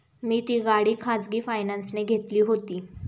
मी ती गाडी खाजगी फायनान्सने घेतली होती